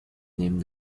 neben